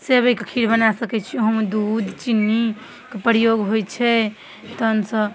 सेवइके खीर बना सकै छी ओहोमे दूध चिन्नीके प्रयोग होइ छै तहन सब